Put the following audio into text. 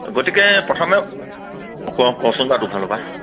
গতিকে প্ৰথমে ক কচোন বাৰু তোৰ ফালৰ পৰা